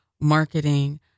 marketing